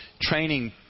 training